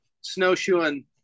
snowshoeing